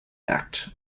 act